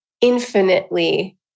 infinitely